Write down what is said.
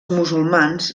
musulmans